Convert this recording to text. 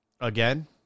again